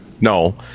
No